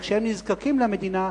אבל כשהם נזקקים למדינה,